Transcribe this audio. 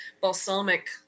balsamic